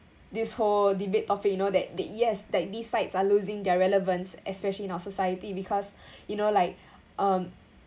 this whole debate topic you know that th~ yes that these sites are losing their relevance especially in our society because you know like um